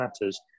matters